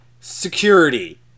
security